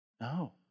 No